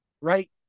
right